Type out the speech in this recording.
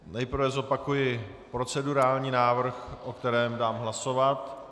Nejprve zopakuji procedurální návrh, o kterém dám hlasovat.